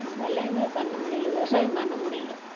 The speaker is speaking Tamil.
விளையமே பண்ண முடியலை விவசாயம் பண்ண முடியலை